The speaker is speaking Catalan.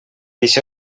això